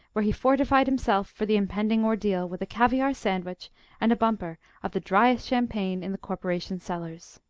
where he fortified himself for the impending ordeal with a caviare sandwich and a bumper of the driest champagne in the corporation cellars.